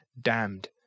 damned